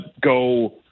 go